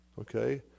Okay